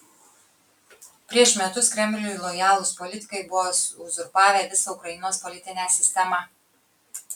prieš metus kremliui lojalūs politikai buvo uzurpavę visą ukrainos politinę sistemą